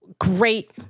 Great